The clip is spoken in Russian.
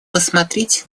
посмотреть